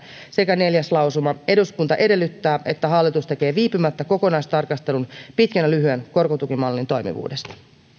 sekä neljäs lausuma eduskunta edellyttää että hallitus tekee viipymättä kokonaistarkastelun pitkän ja lyhyen korkotukimallin toimivuudesta